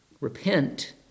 repent